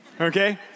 okay